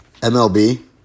MLB